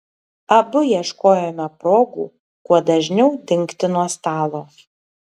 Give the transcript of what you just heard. abu ieškojome progų kuo dažniau dingti nuo stalo